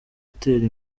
atera